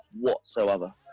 whatsoever